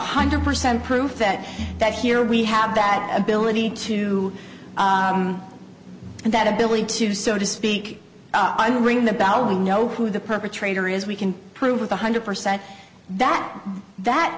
hundred percent proof that that here we have that ability to and that ability to do so to speak i will ring the bell we know who the perpetrator is we can prove with one hundred percent that that